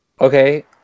Okay